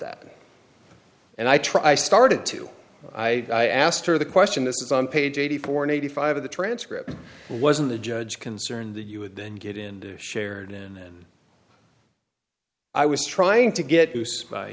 that and i try started to i asked her the question this is on page eighty four and eighty five of the transcript wasn't the judge concerned that you would then get in shared and then i was trying to get